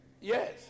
Yes